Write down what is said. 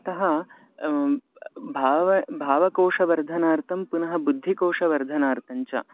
अतः भाव भावकोशवर्धनार्थं पुनः बुद्धिकोशवर्धनार्थं च